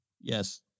Yes